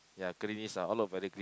ya greenish lah all look very green